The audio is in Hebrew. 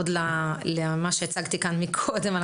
הצגתי את המתווה.